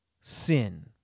sin